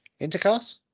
Intercast